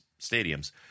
stadiums